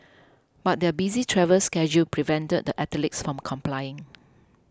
but their busy travel schedule prevented the athletes from complying